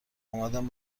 آمادم